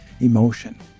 emotion